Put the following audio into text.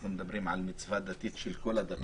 אנחנו מדברים על מצווה דתית של כל הדתות,